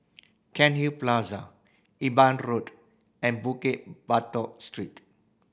Cairnhill Plaza Imbiah Road and Bukit Batok Street